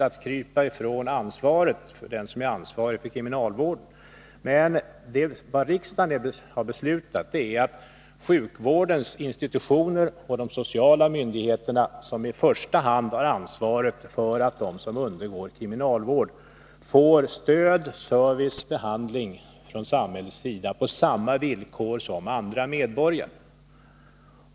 Det är inget sätt för den som är ansvarig för kriminalvården att krypa från ansvaret, men riksdagen har beslutat att det är sjukvårdens institutioner och de sociala myndigheterna som i första hand har ansvaret för att de som undergår kriminalvård får stöd, service och behandling från samhällets sida på samma villkor som andra medborgare.